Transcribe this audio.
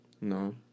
No